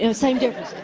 you know same difference.